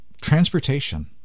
transportation